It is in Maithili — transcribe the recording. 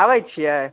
अबैत छियै